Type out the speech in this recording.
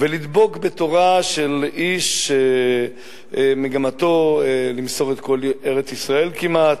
ולדבוק בתורה של איש שמגמתו למסור את כל ארץ-ישראל כמעט,